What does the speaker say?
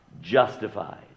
justified